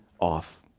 off